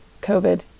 COVID